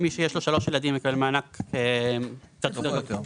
מי שיש לו שלושה ילדים מקבל מענק גבוה יותר.